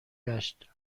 گشت